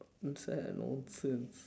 that's why ah nonsense